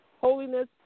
holiness